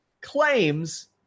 claims